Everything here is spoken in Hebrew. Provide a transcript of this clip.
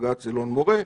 בג"ץ אלון מורה.